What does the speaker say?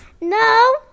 No